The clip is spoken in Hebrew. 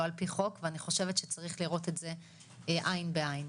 על פי חוק ואני חושבת שצריך לראות את זה עין בעין.